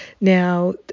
Now